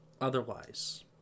otherwise